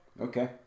Okay